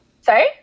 Sorry